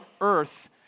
earth